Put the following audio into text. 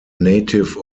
native